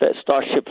Starship